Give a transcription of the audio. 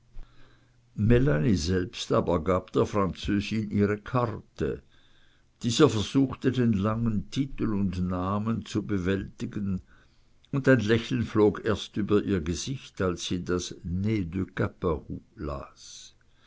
selbst aber gab der französin ihre karte diese versuchte den langen titel und namen zu bewältigen und ein lächeln flog erst über ihr gesicht als sie das ne